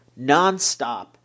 nonstop